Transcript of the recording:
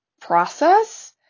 process